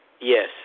Yes